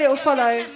Follow